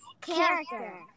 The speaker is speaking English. character